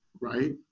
right